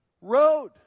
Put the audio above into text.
road